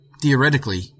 Theoretically